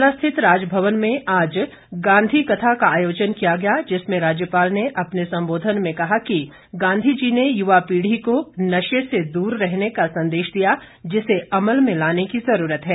शिमला स्थित राजभवन में आज गांधी कथा का आयोजन किया गया जिसमें राज्यपाल ने अपने संबोधन में कहा कि गांधी जी ने युवा पीढ़ी को नशे से दूर रहने का संदेश दिया जिसे अमल में लाने की जरूरत है